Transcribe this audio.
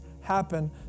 happen